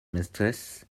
mestres